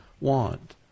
want